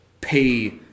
pay